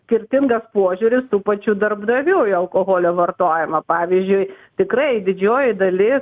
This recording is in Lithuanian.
skirtingas požiūris tų pačių darbdavių į alkoholio vartojimą pavyzdžiui tikrai didžioji dalis